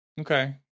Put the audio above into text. Okay